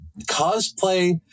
cosplay